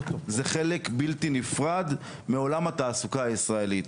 זה חלק בלתי נפרד מעולם התעסוקה הישראלית.